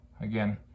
Again